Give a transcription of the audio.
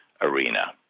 arena